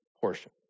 portion